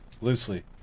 Loosely